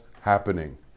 happening